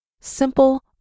Simple